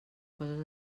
coses